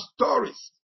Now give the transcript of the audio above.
stories